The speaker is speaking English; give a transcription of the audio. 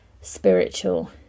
spiritual